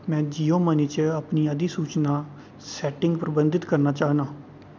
मैं जियो मनी च अपनी अधिसूचना सैटिंग प्रबंधित करना चाह्न्नां